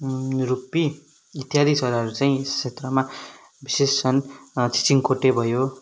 रुपी इत्यादि चराहरू चाहिँ यस क्षेत्रमा विशेष छन् चिचिङकोटे भयो